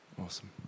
Awesome